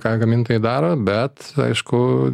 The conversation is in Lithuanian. ką gamintojai daro bet aišku